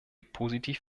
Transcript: positiv